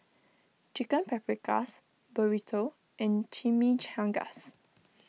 Chicken Paprikas Burrito and Chimichangas